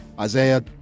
isaiah